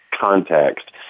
context